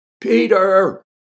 Peter